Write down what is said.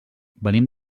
venim